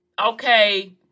Okay